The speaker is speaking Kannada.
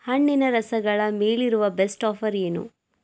ಹಣ್ಣಿನ ರಸಗಳ ಮೇಲಿರುವ ಬೆಸ್ಟ್ ಆಫರ್ ಏನು